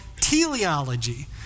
teleology